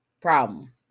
problem